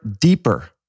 deeper